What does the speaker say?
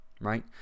right